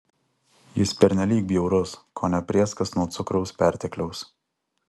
jis pernelyg bjaurus kone prėskas nuo cukraus pertekliaus